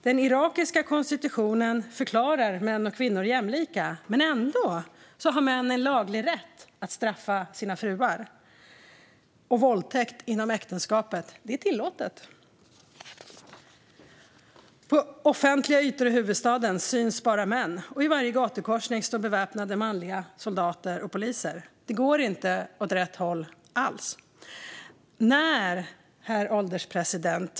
Den irakiska konstitutionen förklarar män och kvinnor jämlika. Ändå har männen laglig rätt att straffa sina fruar, och våldtäkt inom äktenskapet är tillåtet. På offentliga ytor i huvudstaden syns bara män, och i varje gatukorsning står beväpnade manliga soldater och poliser. Det går inte alls åt rätt håll. Herr ålderspresident!